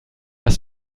das